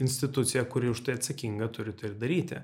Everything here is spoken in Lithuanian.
institucija kuri už tai atsakinga turi tai daryti